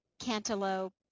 cantaloupe